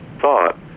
thought